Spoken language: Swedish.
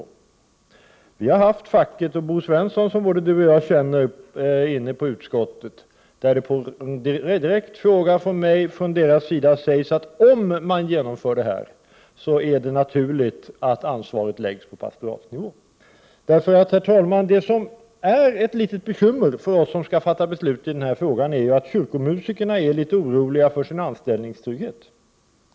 Utskottet har haft kontakt med facket, och Bo Svensson, som både Bengt Kindbom och jag känner, svarade på en direkt fråga från mig att om den föreslagna omorganisationen genomförs, är det naturligt att ansvaret läggs på pastoratsnivå. Herr talman! Det som är ett litet bekymmer för oss som skall fatta beslut i den här frågan är ju att kyrkomusikerna är oroliga för sin anställningstrygghet.